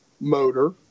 motor